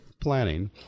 planning